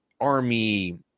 army